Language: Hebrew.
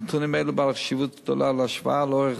נתונים אלו בעלי חשיבות גדולה להשוואה לאורך